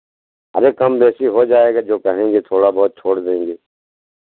अरे कम बेसी हो जाएगा जो कहेंगे थोड़ा बहुत छोड़ देंगे